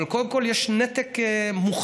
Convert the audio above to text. אבל קודם כול יש נתק מוחלט.